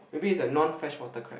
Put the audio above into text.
maybe it's a non freshwater crab